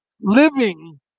living